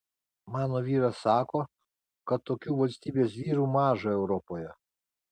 mano vyras sako kad tokių valstybės vyrų maža europoje